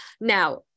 Now